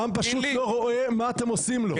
העם פשוט לא רואה מה אתם עושים לו.